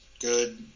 good